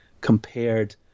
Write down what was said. compared